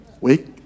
Wake